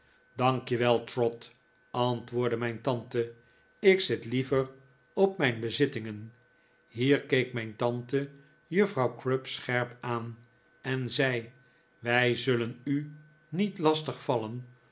dank je wel trot antwoordde mijn tante ik zit liever op mijn bezittingen hier keek mijn tante juffrouw crupp scherp aan en zei wij zullen u niet lastig vallen